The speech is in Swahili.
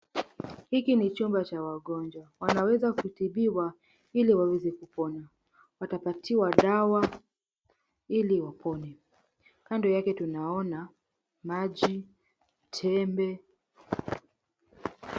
Hiki ni chumba cha wagonjwa wanaweza kutibiwa iliwaweze kupona watapatiwa dawa ili wapone. Kando yake tunaona maji, tembe.